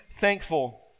thankful